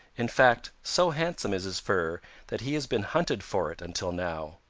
in fact, so handsome is his fur that he has been hunted for it until now.